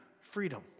freedom